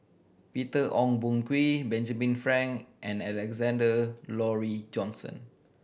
Peter Ong Boon Kwee Benjamin Frank and Alexander Laurie Johnston